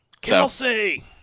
Kelsey